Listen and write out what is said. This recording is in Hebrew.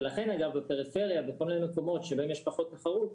ולכן אגב בפריפריה בכל מיני מקומות שיש בהם פחות תחרות,